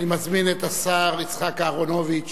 אני מזמין את השר יצחק אהרונוביץ